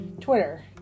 Twitter